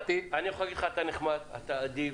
אני יכול להגיד לך שאתה נחמד, אתה אדיב,